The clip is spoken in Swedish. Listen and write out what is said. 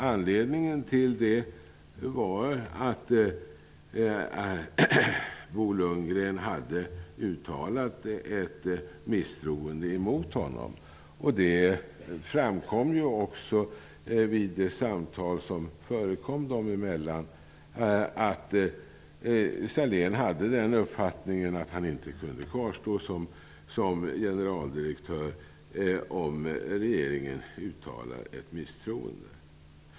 Anledningen till detta var att Bo Lundgren hade uttalat ett misstroende mot Sahlén, och vid de samtal som förekom dem emellan framkom det ju också att Sahlén hade den uppfattningen att han inte kunde kvarstå som generaldirektör om regeringen uttalade ett misstroende.